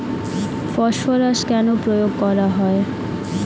Phosphorus কেন প্রয়োগ করা হয়?